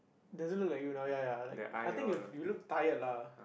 does it look like you now ya ya I like I think you you look tired lah